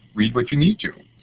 read what you need to.